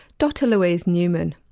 dr louise newman.